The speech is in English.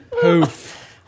Poof